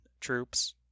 troops